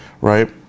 right